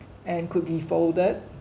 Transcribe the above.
and could be folded